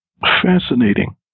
Fascinating